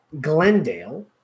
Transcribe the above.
glendale